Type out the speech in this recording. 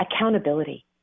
accountability